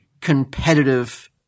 competitive